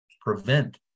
prevent